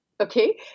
okay